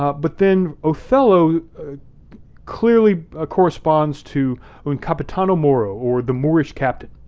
um but then othello clearly ah cooresponds to un capitano moro or the moorish captain.